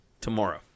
tomorrow